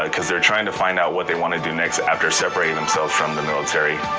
ah cause they're trying to find out what they want to do next after separating themselves from the military.